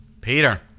Peter